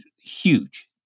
huge